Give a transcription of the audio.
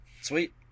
Sweet